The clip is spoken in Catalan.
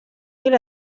mil